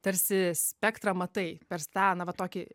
tarsi spektrą matai per sta na va tokį